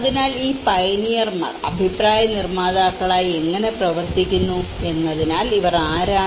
അതിനാൽ ഈ പയനിയർമാർ അഭിപ്രായ നിർമ്മാതാക്കളായി എങ്ങനെ പ്രവർത്തിക്കുന്നു എന്നതിനാൽ ഇവർ ആരാണ്